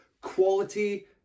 quality